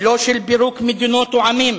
ולא של פירוק מדינות או עמים.